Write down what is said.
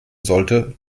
sollte